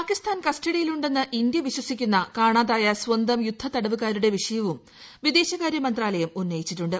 പാകിസ്ഥാൻ കസ്റ്റഡിയിൽ ഉണ്ടെന്ന് ഇന്ത്യ വിശ്വസിക്കുന്ന കാണാതായ സ്വന്തം യുദ്ധതടവുകാരുടെ വിഷയവും വിദേശകാര്യ മന്ത്രാലയം ഉന്നയിച്ചിട്ടുണ്ട്